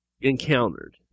encountered